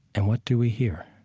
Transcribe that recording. and what do we hear?